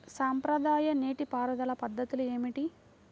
సాంప్రదాయ నీటి పారుదల పద్ధతులు ఏమిటి?